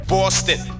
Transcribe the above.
Boston